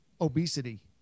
Obesity